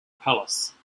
palace